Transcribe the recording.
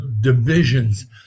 divisions